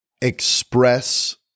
express